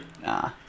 Nah